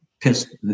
pissed